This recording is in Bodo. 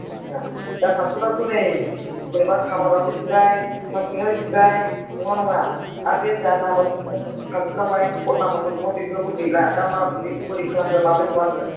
आदसा दा पारसेलआथ' नै जेनेबा काभाराबो जिबाय प्लास्टिकआबो जिबाय नंना नङा आर बे जा नाम्बार दंमोन पारसेलआवहाय कड नाम्बारफोर दंमोन बेफोरबो गैला दा मा बेखौ बोरै खालामगोन माबोरै खालामगोन